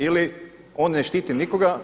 Ili on ne štiti nikoga.